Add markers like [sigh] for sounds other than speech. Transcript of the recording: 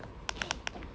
[noise]